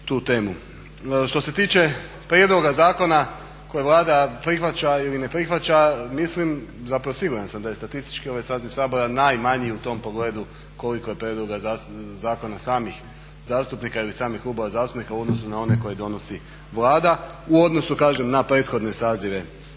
Što se tiče prijedloga zakona kojeg Vlada prihvaća ili ne prihvaća, mislim, zapravo siguran sam, da je statistički ovaj saziv Sabora najmanji u tom pogledu koliko je prijedloga zakona samih zastupnika ili samih klubova zastupnika u odnosu na one koje donosi Vlada u odnosu kažem na prethodne sazive